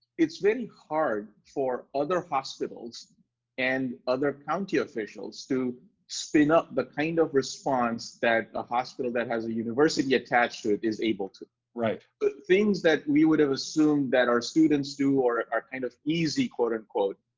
it's very hard for other hospitals and other county officials to spin up the kind of response that the hospital that has a university attached to it is able to. right. but things that we would have assumed that our students do are kind of easy, quote unquote,